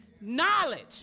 Knowledge